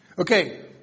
Okay